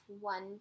one